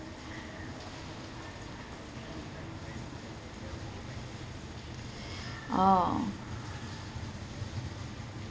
orh